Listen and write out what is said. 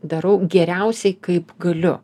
darau geriausiai kaip galiu